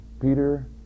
Peter